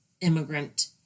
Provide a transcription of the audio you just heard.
immigrant